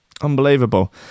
Unbelievable